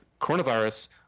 coronavirus